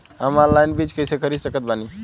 हम ऑनलाइन बीज कइसे खरीद सकत बानी?